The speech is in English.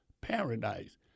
paradise